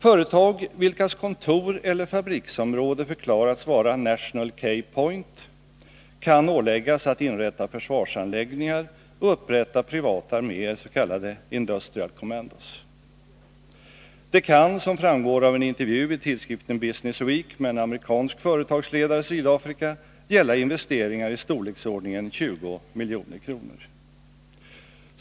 Företag vilkas kontor eller fabriksområden har förklarats vara National Key Points kan åläggas att inrätta försvarsanläggningar och upprätta privata arméer, s.k. industrial commandos. Det kan, som framgår av en intervju i tidskriften Business Week med en amerikansk företagsledare i Sydafrika, gälla investeringar i storleksordningen 20 milj.kr.